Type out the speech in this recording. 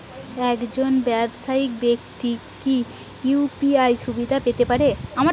একজন ব্যাবসায়িক ব্যাক্তি কি ইউ.পি.আই সুবিধা পেতে পারে?